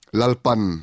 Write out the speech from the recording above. lalpan